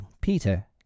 Peter